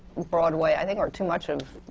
broadway, i think or too much of,